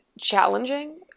challenging